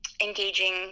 engaging